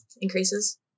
increases